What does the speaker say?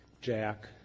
jack